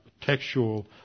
textual